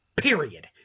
Period